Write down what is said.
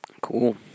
Cool